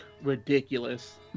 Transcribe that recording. ridiculous